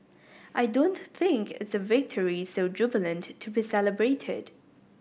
I don't think it's a victory so jubilant to be celebrated